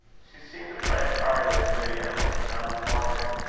she seemed to pray entirely as lady emily, not as margaret.